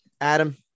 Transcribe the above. Adam